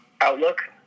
outlook